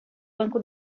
banco